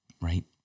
right